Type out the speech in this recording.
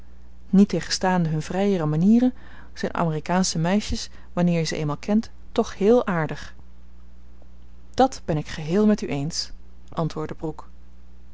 niettegenstaande hun vrijere manieren zijn amerikaansche meisjes wanneer je ze eenmaal kent toch héél aardig dat ben ik geheel met u eens antwoordde brooke